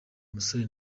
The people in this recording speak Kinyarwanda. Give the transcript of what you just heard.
umusore